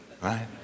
Right